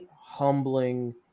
humbling